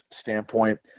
standpoint